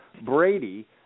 Brady